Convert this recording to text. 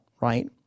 right